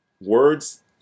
words